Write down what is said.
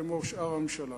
כמו שאר הממשלה,